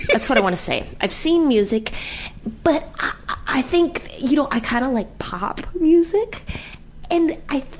that's what i want to say. i've seen music but i think you know i kind of like pop music and i,